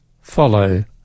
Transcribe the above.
follow